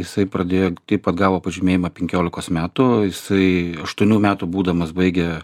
jisai pradėjo taip pat gavo pažymėjimą penkiolikos metų jisai aštuonių metų būdamas baigė